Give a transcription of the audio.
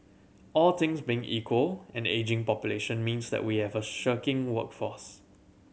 all things being equal an ageing population means that we have a shirking workforce